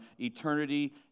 eternity